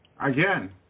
Again